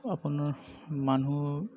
আপোনাৰ মানুহ